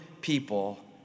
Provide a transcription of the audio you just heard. people